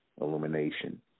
illumination